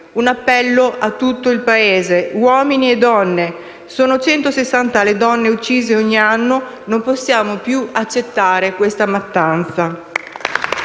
Un appello a tutto il Paese, uomini e donne: sono 160 le donne uccise ogni anno. Non possiamo più accettare questa mattanza.